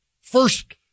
First